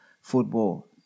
football